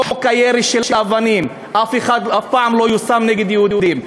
חוק הירי, של אבנים, אף פעם לא יושם נגד יהודים.